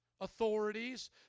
authorities